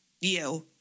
you-